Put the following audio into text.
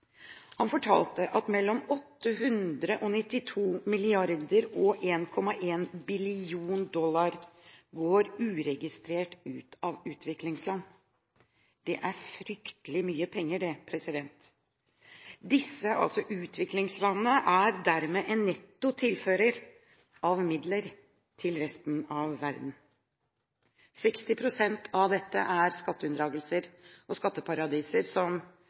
Han fortalte at mellom 892 milliarder dollar og 1,1 billion dollar går uregistrert ut av utviklingsland. Det er fryktelig mye penger. Utviklingslandene er dermed en netto tilfører av midler til resten av verden. 60 pst. av dette er skatteunndragelser og skatteparadiser, som